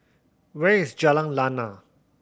where is Jalan Lana